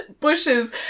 bushes